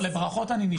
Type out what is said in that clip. לברכות אני נשאר.